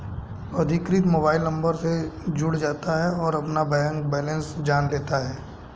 अधिकृत mobile number से जुड़ जाता है और अपना बैंक बेलेंस जान लेता है